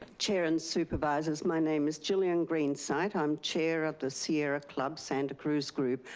chair and supervisors, my name is jillian greenside, i'm chair of the sierra club santa cruz group.